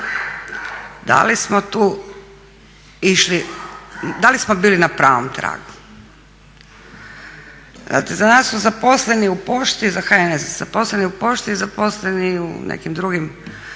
kada štitimo poštu, da li smo bili na pravom tragu. Za nas su zaposleni u pošteni za HNS zaposleni u pošti, zaposleni u nekim drugim